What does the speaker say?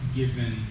given